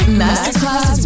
masterclass